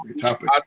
topic